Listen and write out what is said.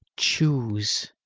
choose.